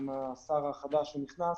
עם השר החדש שנכנס,